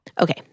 Okay